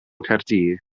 caerdydd